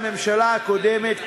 הממשלה הקודמת,